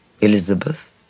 Elizabeth